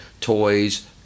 toys